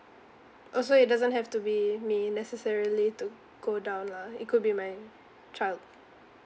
oh so it doesn't have to be me necessarily to go down lah it could be my child